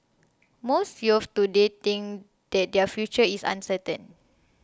most youths today think that their future is uncertain